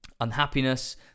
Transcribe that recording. unhappiness